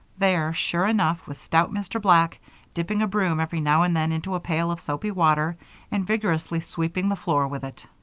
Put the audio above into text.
there, sure enough, was stout mr. black dipping a broom every now and then into a pail of soapy water and vigorously sweeping the floor with it.